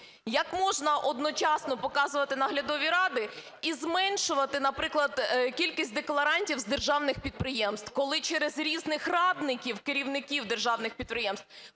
Як можна одночасно показувати наглядові ради - і зменшувати, наприклад, кількість декларантів з державних підприємств, коли через різних радників, керівників державних підприємств,